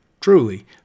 Truly